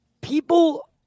people